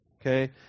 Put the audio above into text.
Okay